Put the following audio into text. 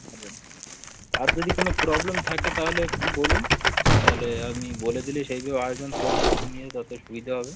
hello আর যদি কোনো প্রবলেম থাকে তাহলে একটু বলুন তাহলে আমি বলে দিলে সেইভাবে আসবেন পরিস্থিতি নিয়ে তাতে সুবিধা হবে